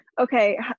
okay